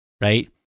right